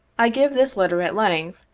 i give this letter at length,